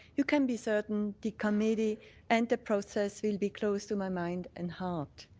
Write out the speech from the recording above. you can be certain the committee and the process will be close to my mind and heart.